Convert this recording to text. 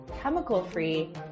chemical-free